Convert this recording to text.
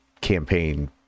campaign